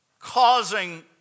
causing